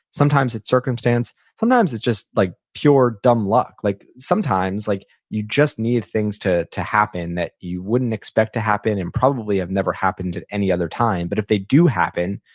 sometimes it's circumstance, sometimes it's just like pure dumb luck. like sometimes like you just need things to to happen that you wouldn't expect to happen and probably have never happened at any other time. but if they do happen,